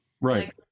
Right